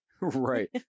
Right